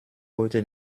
heute